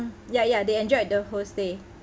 ya ya they enjoyed the whole stay